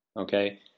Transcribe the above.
okay